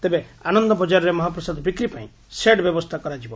ତେବେ ଆନନ୍ଦ ବଜାରରେ ମହାପ୍ରସାଦ ବିକ୍ରି ପାଇଁ ସେଡ୍ ବ୍ୟବସ୍ରା କରାଯିବ